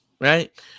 right